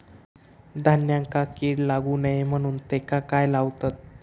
धान्यांका कीड लागू नये म्हणून त्याका काय लावतत?